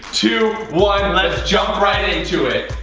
two, one. let's jump right in to it.